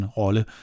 rolle